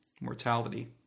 mortality